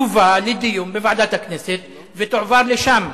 תובא לדיון בוועדת הכנסת ותועבר לשם.